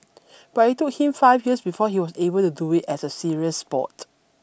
but it took him five years before he was able to do it as a serious sport